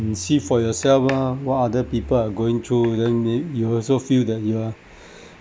can see for yourself lah what other people are going through then they you also feel that you are